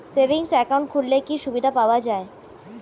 Savings account খুললে কি সুবিধা পাওয়া যায়?